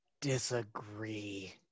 disagree